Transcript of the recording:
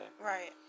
Right